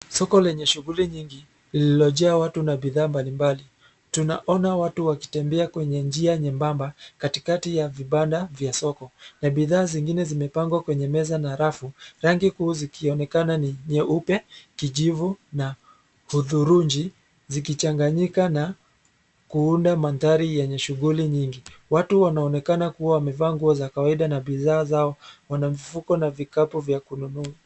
Soko lenye shughuli nyingi lililo jaa watu na bidhaa mbali mbali. Tunaona watu wakitembea kwenye njia nyembamba katikati ya vibanda vya soko na bidhaa zingine zimepangwa kwenye meza na rafu. Rangi kuu zikionekana ni nyeupe, kijivu na hudhuruji zikichanganyika na kuunda mandhari yenye shuguli nyingi. watu wanaonekana kuwa wamevaa nguo za kawaida na bidhaa zao. wanamifuko na vikapu vya kununua.